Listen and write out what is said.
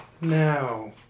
now